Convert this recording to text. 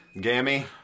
Gammy